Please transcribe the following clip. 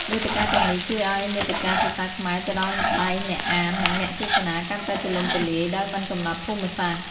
វេទិកាទាំងនេះជួយឱ្យមាតិកាភាសាខ្មែរទៅដល់ដៃអ្នកអាន និងអ្នកទស្សនាកាន់តែទូលំទូលាយ ដោយមិនកំណត់ភូមិសាស្ត្រ។